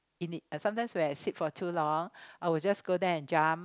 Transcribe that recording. in it sometimes when I sit for too long I will just go there and jump